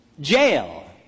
jail